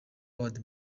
awards